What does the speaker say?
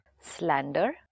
slander